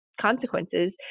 consequences